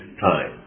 time